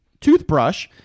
toothbrush